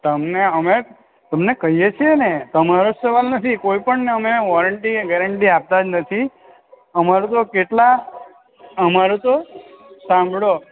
તમને અમે તમને કહીએ છે ને તમારો સવાલ નથી કોઈ પણને અમે વોરંટી કે ગેરંટી આપતાં જ નથી અમારું તો કેટલા અમારું તો સાંભળો